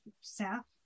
staff